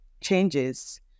changes